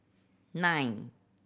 nine